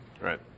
Right